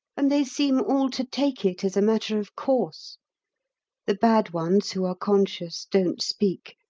and they seem all to take it as a matter of course the bad ones who are conscious don't speak,